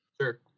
Sure